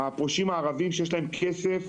הפרושים הערבים שיש להם כסף,